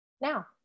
now